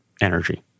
energy